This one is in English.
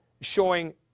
showing